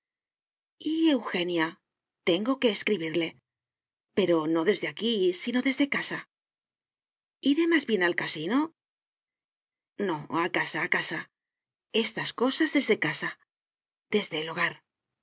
eugenia tengo que escribirle pero no desde aquí sino desde casa iré más bien al casino no a casa a casa estas cosas desde casa desde el hogar